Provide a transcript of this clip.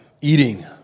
eating